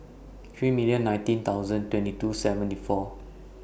three million nineteen thousand twenty two seventy four